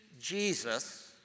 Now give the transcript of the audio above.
Jesus